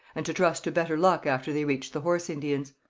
and to trust to better luck after they reached the horse indians.